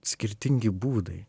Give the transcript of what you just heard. skirtingi būdai